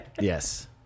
Yes